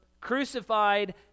crucified